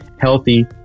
healthy